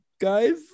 guys